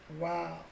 Wow